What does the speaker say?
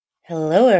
Hello